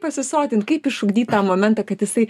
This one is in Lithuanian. pasisotint kaip išugdyt tą momentą kad jisai